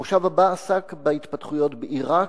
המושב הבא עסק בהתפתחויות בעירק,